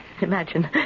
Imagine